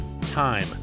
time